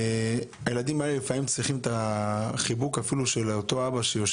הילדים האלה לפעמים צריכים את החיבוק של אותו אבא.